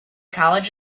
college